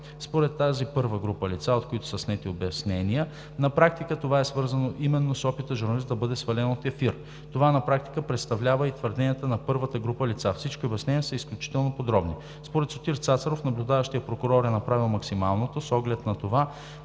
Според тази първа група лица, от които са снети обяснения, на практика това е свързано именно с опита журналистът да бъде свален от ефир. Това на практика представляват и твърденията на първата група лица – всички обяснения са изключително подробни. Според господин Сотир Цацаров наблюдаващият прокурор е направил максималното, с оглед на това